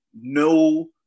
no